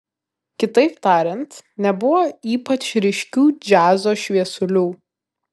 kitaip tariant nebuvo ypač ryškių džiazo šviesulių